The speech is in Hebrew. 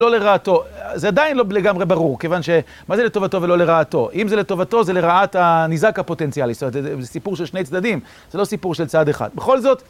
לא לרעתו, זה עדיין לא לגמרי ברור, כיוון שמה זה לטובתו ולא לרעתו? אם זה לטובתו, זה לרעת הניזק הפוטנציאלי, זאת אומרת, זה סיפור של שני צדדים, זה לא סיפור של צד אחד. בכל זאת...